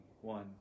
one